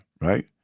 right